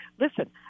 Listen